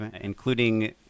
including